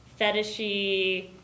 fetishy